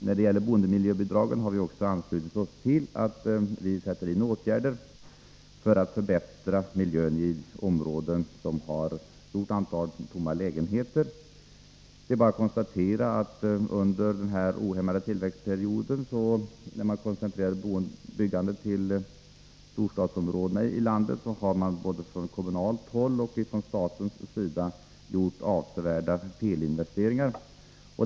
När det gäller boendemiljöbidragen har vi anslutit oss till att det skall sättas in åtgärder för att förbättra miljön i områden som har ett stort antal tomma lägenheter. Det är bara att konstatera att under den period med ohämmad tillväxt, då man koncentrerade byggandet till storstadsområdena i landet, har man både från kommunalt håll och från statens sida gjort avsevärda felinvesteringar.